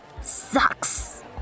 sucks